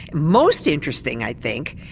most interesting i think,